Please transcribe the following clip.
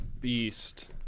Beast